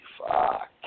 fuck